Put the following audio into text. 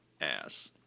ass